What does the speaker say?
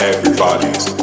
Everybody's